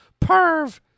perv